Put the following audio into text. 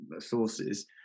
sources